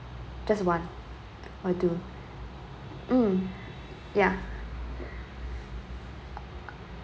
just one will do mm ya